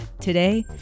Today